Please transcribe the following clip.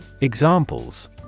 Examples